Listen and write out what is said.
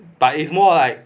but it's more like